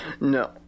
no